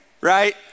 right